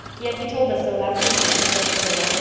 yes, he told us so last evening, said priscilla,